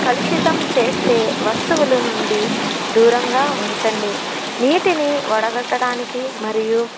కలుషితం చేసే వస్తువులు నుండి దూరంగా ఉంచండి నీటిని వడగట్టడానికి మరియు